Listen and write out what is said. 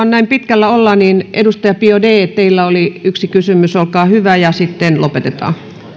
näin jo pitkällä olemme mutta teillä edustaja biaudet oli kysymys olkaa hyvä sitten lopetetaan